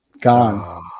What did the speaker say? Gone